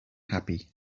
happy